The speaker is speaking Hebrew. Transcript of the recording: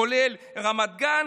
כולל רמת גן,